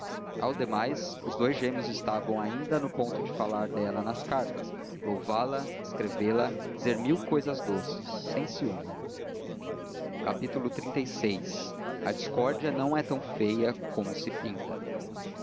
ao demais os dous gêmeos estavam ainda no ponto de falar dela nas cartas louvá la descrevê la dizer mil cousas doces sem ciúme xxxvi a discórdia não é tão feia como se pinta